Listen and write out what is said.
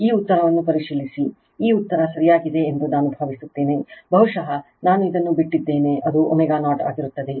ಈ ಉತ್ತರವನ್ನು ಪರಿಶೀಲಿಸಿ ಈ ಉತ್ತರ ಸರಿಯಾಗಿದೆ ಎಂದು ನಾನು ಭಾವಿಸುತ್ತೇನೆ ಬಹುಶಃ ನಾನು ಇದನ್ನು ಬಿಟ್ಟಿದ್ದೇನೆ ಅದು ω0 ಆಗಿರುತ್ತದೆ